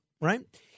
right